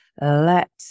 let